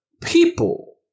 people